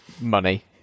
Money